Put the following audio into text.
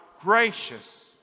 gracious